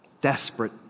desperate